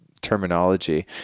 terminology